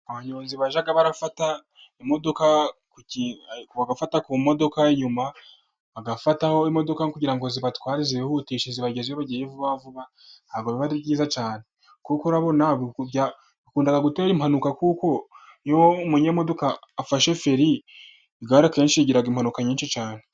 Abanyonzi bajya bafata ku modoka, bagafata ku modoka inyuma bagafataho, imodoka kugira ngo zibatware zibihutisha zibageze iyo bagiye vuba vuba, ntabwo ari byiza cyane, nakuko bakunda gutera impanuka, kuko umunyamodoka iyo afashe feri igare akenshi rigira impanuka nyinshi cyane.